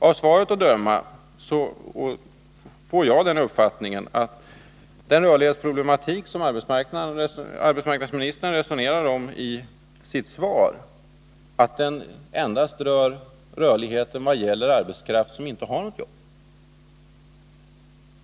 Av svaret får jag uppfattningen att den rörlighetsproblematik som arbetsmarknadsministern resonerar om endast gäller sådan arbetskraft som inte har något jobb.